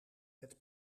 het